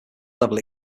level